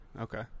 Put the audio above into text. Okay